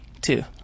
two